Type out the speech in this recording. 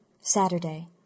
Saturday